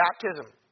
baptism